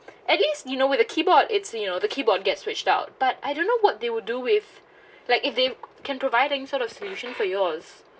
at least you know with a keyboard it's you know the keyboard gets switched out but I don't know what they will do with like if they can providing sort of solution for yours